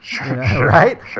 right